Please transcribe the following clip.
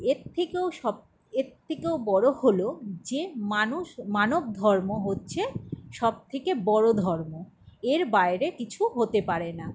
এর থেকেও সব এর থেকেও বড়ো হলো যে মানুষ মানব ধর্ম হচ্ছে সব থেকে বড়ো ধর্ম এর বাইরে কিছু হতে পারে না